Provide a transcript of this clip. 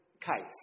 Kites